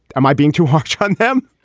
am i being too harsh on them.